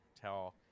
tell